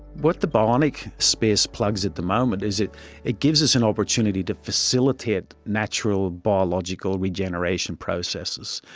what the bionic space plugs at the moment is it it gives us an opportunity to facilitate natural biological regeneration processes.